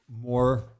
more